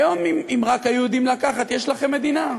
היום, אם רק היו יודעים לקחת, יש לכם מדינה,